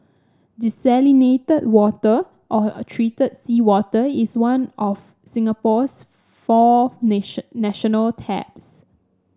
desalinated water or treated seawater is one of Singapore's four nation national taps